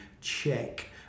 check